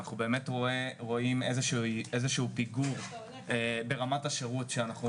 אנחנו באמת רואים איזה שהוא פיגור ברמת השירות שאנחנו